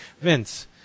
Vince